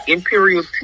Imperial